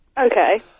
Okay